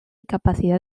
capacidad